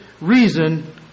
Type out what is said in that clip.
reason